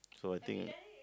so I think